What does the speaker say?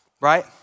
right